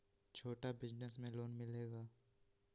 छोटा बिजनस में लोन मिलेगा?